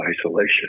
isolation